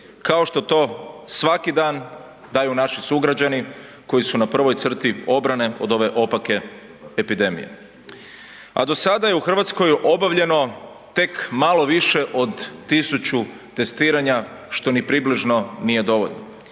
kao što to svaki dan daju naši sugrađani koji su na prvoj crti obrane od ove opake epidemije. A do sada je u Hrvatskoj obavljeno tek malo više od tisuću testiranja što ni približno nije dovoljno.